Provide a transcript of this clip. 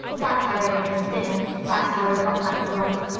that's how they came to dinner that's how they got back aloft.